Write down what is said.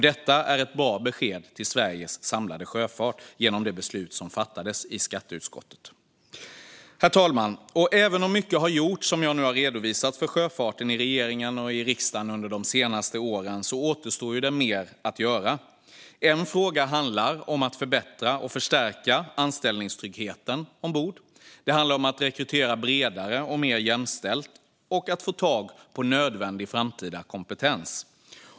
Detta är ett bra besked till Sveriges samlade sjöfart som kom genom det beslut som fattades i skatteutskottet. Herr talman! Även om mycket har gjorts i regering och riksdag för sjöfarten under de senaste åren, som jag nu har redovisat, återstår mer att göra. En fråga handlar om att förbättra och förstärka anställningstryggheten ombord, om att rekrytera bredare och mer jämställt och om att få tag på nödvändig framtida kompetens.